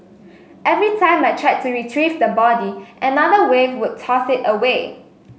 every time I tried to retrieve the body another wave would toss it away